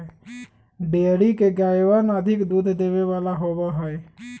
dairy के गायवन अधिक दूध देवे वाला होबा हई